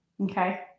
okay